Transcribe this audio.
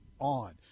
on